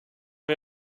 wir